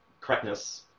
correctness